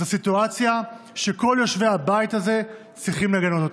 זו סיטואציה שכל יושבי הבית הזה צריכים לגנות אותה.